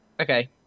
okay